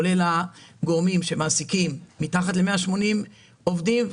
כולל הגורמים שמעסיקים מתחת ל-180 עובדים.